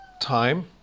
time